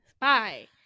Bye